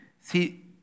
See